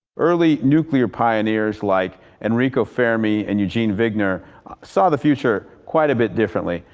early nuclear pioneers like enrico fermi and eugene wigner saw the future quite a bit differently.